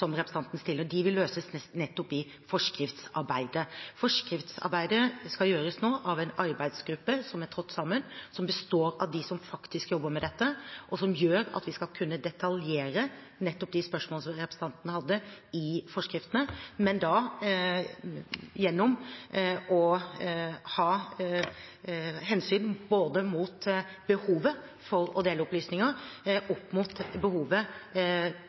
som representanten stiller, løses nettopp i forskriftsarbeidet. Forskriftsarbeidet skal gjøres nå av en arbeidsgruppe som er trådt sammen, som består av dem som faktisk jobber med dette, og som gjør at vi skal kunne detaljere i forskriftene nettopp de spørsmålene som representanten hadde, men da gjennom å ta hensyn til både behovet for å dele opplysninger og behovet